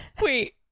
Wait